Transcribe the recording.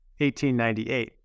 1898